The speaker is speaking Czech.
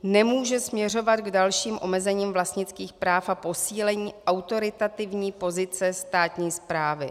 Nemůže směřovat k dalším omezením vlastnických práv a posílení autoritativní pozice státní správy.